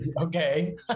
Okay